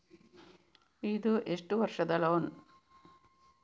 ಇದು ಎಷ್ಟು ವರ್ಷದ ಲೋನ್?